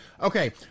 okay